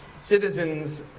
citizens